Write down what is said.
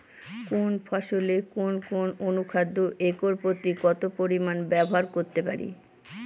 কোন ফসলে কোন কোন অনুখাদ্য একর প্রতি কত পরিমান ব্যবহার করতে পারি?